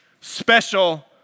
special